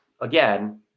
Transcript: again